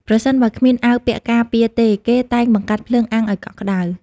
ប្រសិនបើគ្មានអាវពាក់ការពារទេ គេតែងបង្កាត់ភ្លើងអាំងឲ្យកក់ក្ដៅ ។